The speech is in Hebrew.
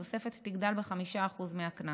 התוספת תגדל ב-5% מהקנס.